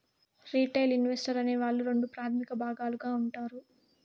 retail investor అనే వాళ్ళు రెండు ప్రాథమిక భాగాలుగా ఉంటారు